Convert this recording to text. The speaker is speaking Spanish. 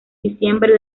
diciembre